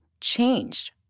changed